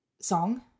song